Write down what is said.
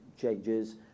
changes